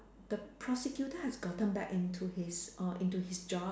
the prosecutor has gotten back into his uh into his job